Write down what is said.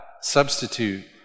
substitute